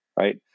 right